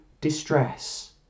distress